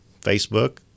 Facebook